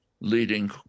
leading